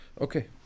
okay